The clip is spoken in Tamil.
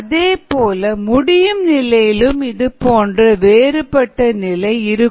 அதேபோல முடியும் நிலையிலும் இதுபோன்ற வேறுபட்ட நிலை இருக்கும்